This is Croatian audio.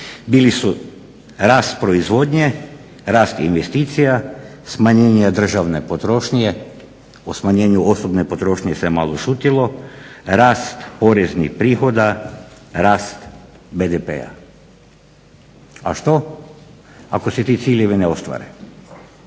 bili su rast proizvodnje, rast investicija, smanjenje državne potrošnje, o smanjenju osobne potrošnje se malo šutilo, rast poreznih prihoda, rast BDP-a. A što ako se ti ciljevi ne ostvare,